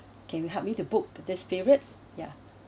can you help me to book this period ya